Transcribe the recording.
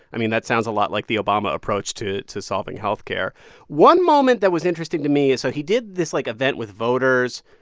i mean, that sounds a lot like the obama approach to to solving health care one moment that was interesting to me is so he did this, like, event with voters,